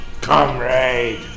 comrade